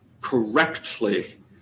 correctly